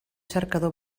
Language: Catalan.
cercador